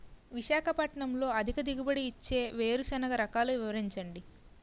విశాఖపట్నంలో అధిక దిగుబడి ఇచ్చే వేరుసెనగ రకాలు వివరించండి?